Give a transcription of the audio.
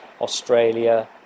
Australia